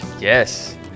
yes